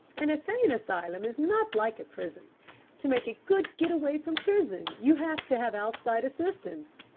an insane asylum is not like a prison to make a good get-away from prison you have to have outside assistance.